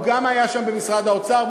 גם הוא היה שם במשרד האוצר,